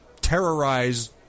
terrorize